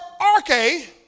arche